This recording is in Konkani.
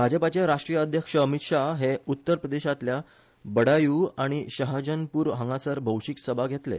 भजपाचे राष्ट्रीय अध्यक्ष अमित शहा हे उत्तर प्रदेशातल्या बडायू आनी शहाजानपुर हांगासर भौशिक सभा घेतले